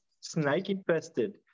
snake-infested